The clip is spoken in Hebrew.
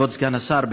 כבוד סגן השר,